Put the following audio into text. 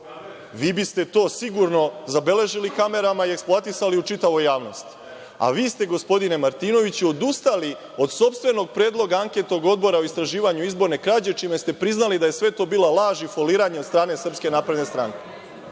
vi biste to sigurno zabeležili kamerama i eksploatisali u čitavoj javnosti. A, vi ste, gospodine Martinoviću, odustali od sopstvenog predloga anketnog odbora o istraživanju izborne krađe, čime ste priznali da je sve to bila laž i foliranje od strane SNS. Da tu